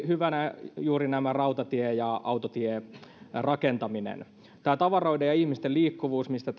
hyvänä esimerkkinä juuri rautatie ja autotierakentaminen tavaroiden ja ihmisten liikkuvuudesta